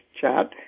chat